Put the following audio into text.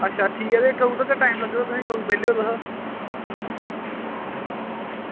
अच्छा ते कदूं तगर टाईम लग्गग ते कदूं तगर बेह्ले ओ तुस